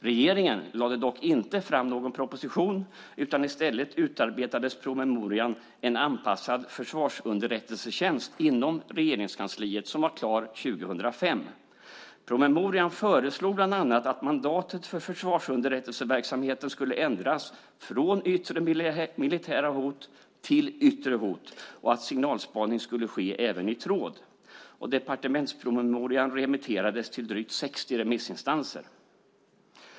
Regeringen lade dock inte fram någon proposition utan i stället utarbetades promemorian En anpassad försvarsunderrättelsetjänst inom Regeringskansliet . Den var klar 2005. Promemorian föreslog bland annat att mandatet för försvarsunderrättelseverksamheten skulle ändras från "yttre militära hot" till "yttre hot" och att signalspaning skulle få ske även i tråd. Departementspromemorian remitterades till drygt 60 remissinstanser.